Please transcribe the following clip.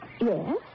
Yes